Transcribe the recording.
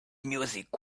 music